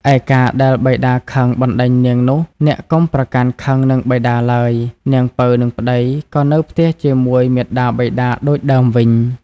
ឯការណ៍ដែលបិតាខឹងបណ្ដេញនាងនោះ អ្នកកុំប្រកាន់ខឹងនឹងបិតាឡើយ នាងពៅនិងប្ដីក៏នៅផ្ទះជាមួយមាតាបិតាដូចដើមវិញ។